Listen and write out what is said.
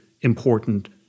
important